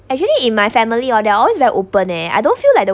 actually in my family oh they're always very open eh I don't feel like the